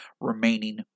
remaining